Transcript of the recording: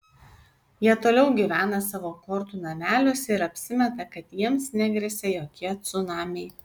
jie toliau gyvena savo kortų nameliuose ir apsimeta kad jiems negresia jokie cunamiai